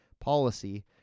policy